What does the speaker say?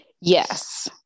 Yes